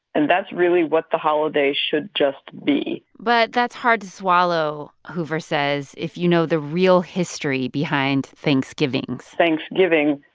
and that's really what the holidays should just be but that's hard to swallow, hoover says, if you know the real history behind thanksgivings thanksgiving,